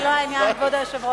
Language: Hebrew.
זה לא העניין, כבוד היושב-ראש.